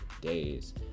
days